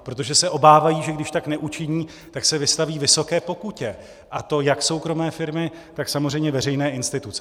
Protože se obávají, že když tak neučiní, tak se vystaví vysoké pokutě, a to jak soukromé firmy, tak samozřejmě veřejné instituce.